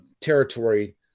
territory